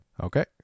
Okay